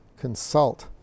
consult